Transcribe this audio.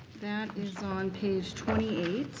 that is on page twenty eight.